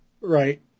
Right